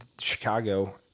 Chicago